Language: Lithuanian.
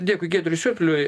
dėkui giedriui siurpliui